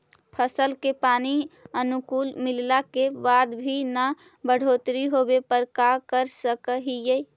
फसल के पानी अनुकुल मिलला के बाद भी न बढ़ोतरी होवे पर का कर सक हिय?